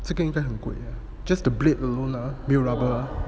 这个应该很贵 just the blade alone 没有 rubber